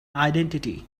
identity